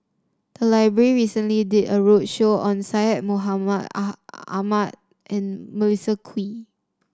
the library recently did a roadshow on Syed Mohamed Ahmed and Melissa Kwee